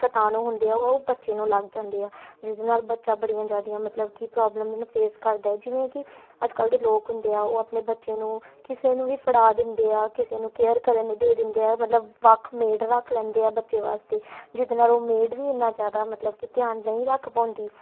ਕੀਟਾਣੂ ਹੁੰਦੇ ਆ ਉਹ ਬੱਚੇ ਨੂੰ ਲੱਗ ਜਾਂਦੇ ਆ ਜਿਹਦੇ ਨਾਲ ਬੱਚਾ ਬੜੀਆਂ ਜ਼ਿਆਦੀਆਂ ਮਤਲਬ ਕਿ ਪ੍ਰੋਬਲਮ ਉਹਨੂੰ ਫੇਸ ਕਰਦਾ ਜਿਵੇਂ ਕਿ ਅੱਜ ਕੱਲ੍ਹ ਦੇ ਲੋਕ ਹੁੰਦੇ ਆ ਉਹ ਆਪਣੇ ਬੱਚੇ ਨੂੰ ਕਿਸੇ ਨੂੰ ਵੀ ਫੜਾ ਦਿੰਦੇ ਆ ਕਿਸੇ ਨੂੰ ਕੇਅਰ ਕਰਨ ਨੂੰ ਦੇ ਦਿੰਦੇ ਆ ਮਤਲਬ ਵੱਖ ਮੇਡ ਰੱਖ ਲੈਂਦੇ ਆ ਬੱਚੇ ਵਾਸਤੇ ਜਿਹਦੇ ਨਾਲ ਉਹ ਮੇਡ ਵੀ ਇੰਨਾ ਜ਼ਿਆਦਾ ਮਤਲਬ ਕਿ ਧਿਆਨ ਨਹੀਂ ਰੱਖ ਪਾਉਂਦੀ